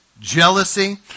jealousy